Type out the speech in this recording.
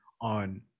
on